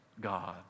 God